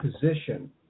position